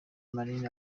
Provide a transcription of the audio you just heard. manini